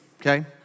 okay